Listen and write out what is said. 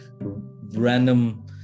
random